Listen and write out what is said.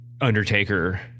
Undertaker